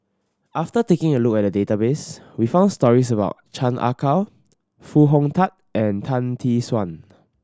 after taking a look at the database we found stories about Chan Ah Kow Foo Hong Tatt and Tan Tee Suan